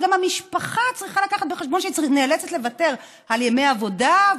וגם המשפחה צריכה לקחת בחשבון שהיא נאלצת לוותר על ימי עבודה,